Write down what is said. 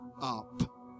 up